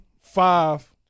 five